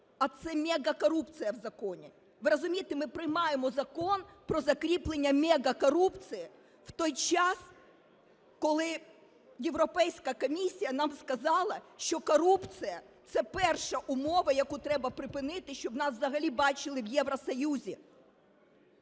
а це мегакорупція в законі. Ви розумієте, ми приймаємо закон про закріплення мегакорупції в той час, коли Європейська комісія нам сказала, що корупція – це перша умова, яку треба припинити, щоб нас взагалі бачили в Євросоюзі.